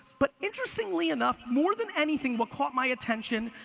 but interestingly enough, more than anything, what caught my attention,